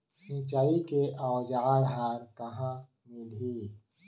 सिंचाई के औज़ार हा कहाँ मिलही?